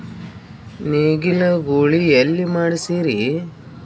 ನೇಗಿಲ ಗೂಳಿ ಎಲ್ಲಿ ಮಾಡಸೀರಿ?